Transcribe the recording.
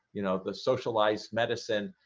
you know the socialized medicine?